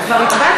אתה כבר הצבעת.